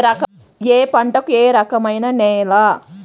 ఏ పంటకు ఏ రకమైన నేల?